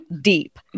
deep